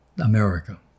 America